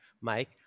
Mike